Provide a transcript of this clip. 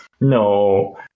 No